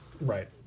right